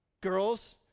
girls